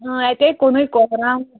اَتیَے کُنُے کۄہرام